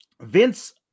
Vince